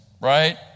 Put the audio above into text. right